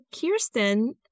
Kirsten